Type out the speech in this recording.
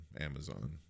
Amazon